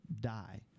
die